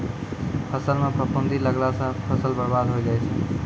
फसल म फफूंदी लगला सँ फसल बर्बाद होय जाय छै